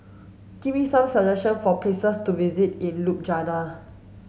give me some suggestions for places to visit in Ljubljana